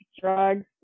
drugs